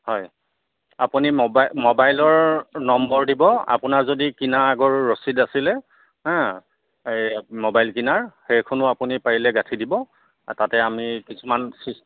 হয় আপুনি ম'বাইলৰ ম'বাইলৰ নম্বৰ দিব আপোনাৰ যদি কিনা আগৰ ৰচিদ আছিলে হা এই মোবাইল কিনাৰ সেইখনো আপুনি পাৰিলে গাঁঠি দিব তাতে আমি কিছুমান